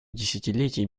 десятилетий